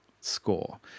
score